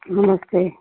नमस्ते